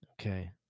Okay